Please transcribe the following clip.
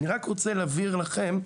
אני רק רוצה להבהיר לכם: